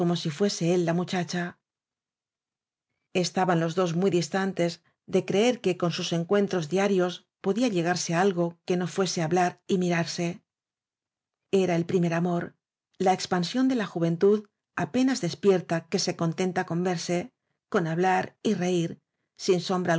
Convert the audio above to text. si fuese él la muchacha estaban los dos muy distantes de creer que con sus encuentros diarios podía llegarse á algoque no fuese hablar y mirarse era el primer amor la expansión de la juventud apenas des pierta que se contenta con verse con hablar y reir sin sombra